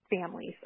families